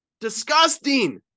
Disgusting